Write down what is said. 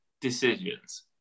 decisions